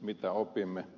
mitä opimme